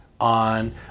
On